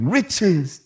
Riches